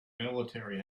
military